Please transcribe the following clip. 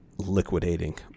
Liquidating